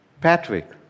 Patrick